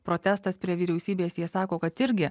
protestas prie vyriausybės jie sako kad irgi